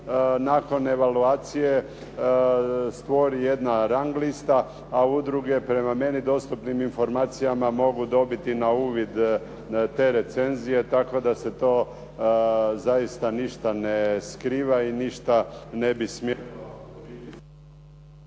nakon evaluacije stvori jedna rang lista a druge prema meni dostupnim informacijama mogu dobiti na uvid te recenzije tako da se to zaista ništa ne skriva i ne bi smjelo